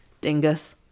Dingus